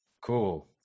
Cool